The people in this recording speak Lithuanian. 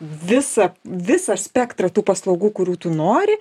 visą visą spektrą tų paslaugų kurių tu nori